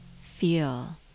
feel